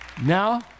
Now